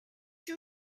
you